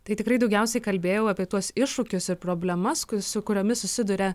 tai tikrai daugiausiai kalbėjau apie tuos iššūkius ir problemas su kuriomis susiduria